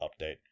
update